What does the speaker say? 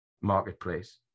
marketplace